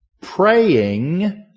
praying